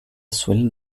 suele